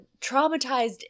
traumatized